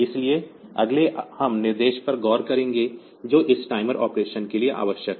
इसलिए अगले हम निर्देशों पर गौर करेंगे जो इस टाइमर ऑपरेशन के लिए आवश्यक हैं